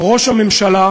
ראש הממשלה